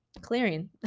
clearing